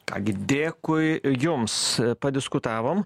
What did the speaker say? ką gi dėkui jums padiskutavom